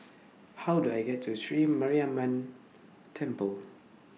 How Do I get to Sri Mariamman Temple